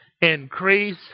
Increase